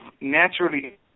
naturally